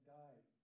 died